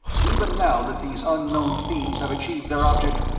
even now that these unknown fiends have achieved their object,